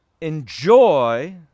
enjoy